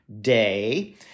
Day